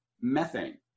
methane